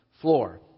floor